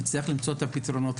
נצטרך למצוא את הפתרונות.